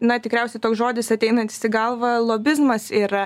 na tikriausiai toks žodis ateinantis į galvą lobizmas yra